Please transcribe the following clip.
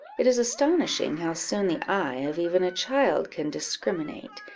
it is astonishing how soon the eye of even a child can discriminate,